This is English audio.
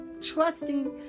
trusting